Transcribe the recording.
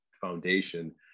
foundation